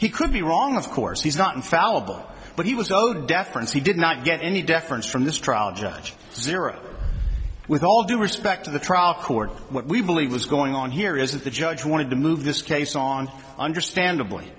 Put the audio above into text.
he could be wrong of course he's not infallible but he was no deference he did not get any deference from this trial judge zero with all due respect to the trial court what we believe was going on here is that the judge wanted to move this case on understandably